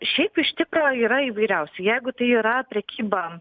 šiaip iš tikro yra įvairiausių jeigu tai yra prekyba